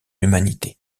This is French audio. humanité